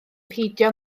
peidio